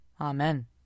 Amen